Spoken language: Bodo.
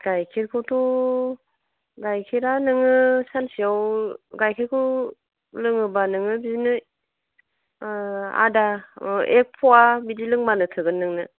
गाइखेरखौथ' गाइखेरा नोङो सानसेयाव गाइखेरखौ लोङोबा नोङो बिदिनो आदा एक पवा बिदि लोंबानो थोगोन नोंनो